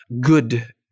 good